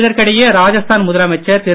இதற்கிடையே ராஜஸ்தான் முதலமைச்சர் திரு